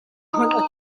hmanh